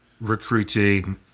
recruiting